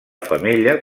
femella